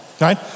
Right